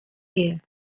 year